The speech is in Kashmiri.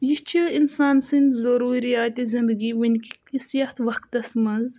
یہِ چھِ اِنسان سٕنٛدۍ ضٔروٗریاتہِ زِندگی وُنکِکِس یَتھ وَقتَس منٛز